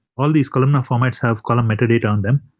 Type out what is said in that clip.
all these columnar formats have column metadata on them,